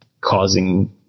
causing